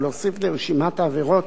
ולהוסיף לרשימת העבירות